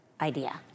idea